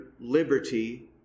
liberty